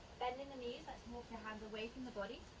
bendin' the knees, let's walk your hands away from the body.